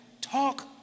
Talk